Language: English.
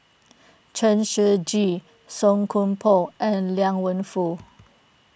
Chen Shiji Song Koon Poh and Liang Wenfu